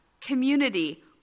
community